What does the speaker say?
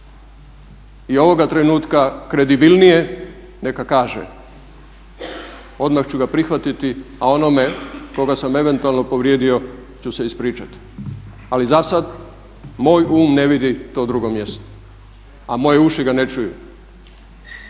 i ovoga trenutka kredibilnije neka kaže odmah ću ga prihvatiti, a onome koga sam eventualno povrijedio ću se ispričati. Ali zasad moj um ne vidi to drugo mjesto, a moje uši ga ne čuju.